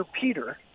Peter